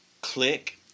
click